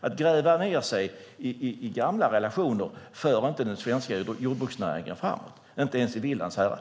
Att gräva ned sig i gamla relationer för inte den svenska jordbruksnäringen framåt, inte ens i Villands härad.